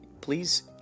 please